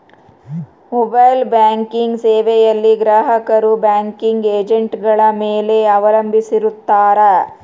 mobile banking ಸೇವೆಯಲ್ಲಿ ಗ್ರಾಹಕರು banking ಏಜೆಂಟ್ಗಳ ಮೇಲೆ ಅವಲಂಬಿಸಿರುತ್ತಾರ